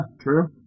true